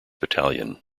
battalion